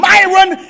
Myron